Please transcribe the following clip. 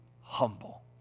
humble